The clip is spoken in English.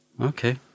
Okay